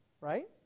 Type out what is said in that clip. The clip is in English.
right